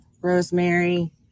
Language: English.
rosemary